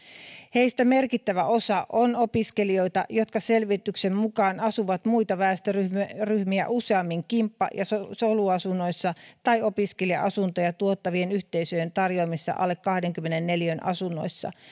heistä merkittävä osa on opiskelijoita jotka selvityksen mukaan asuvat muita väestöryhmiä useammin kimppa ja soluasunnoissa tai opiskelija asuntoja tuottavien yhteisöjen tarjoamissa alle kahdenkymmenen neliön asunnoissa